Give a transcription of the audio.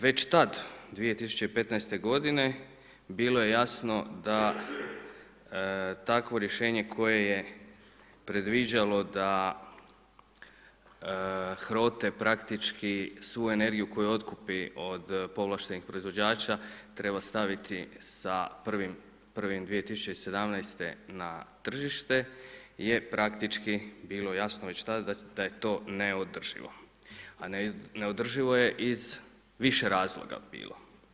Već tada 2015. godine bilo je jasno da takvo rješenje koje je predviđalo da HROT-e praktički svu energiju koju otkupi od povlaštenih proizvođača treba staviti sa 1.1.2017. na tržište je praktički bilo jasno već tada da je to neodrživo, a neodrživo je iz više razloga bilo.